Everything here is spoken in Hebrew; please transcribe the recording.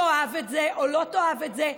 תאהב את זה או לא תאהב את זה,